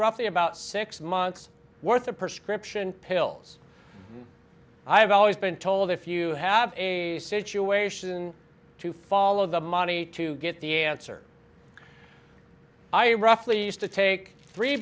roughly about six months worth of prescription pills i have always been told if you have a situation to follow the money to get the answer i roughly used to take three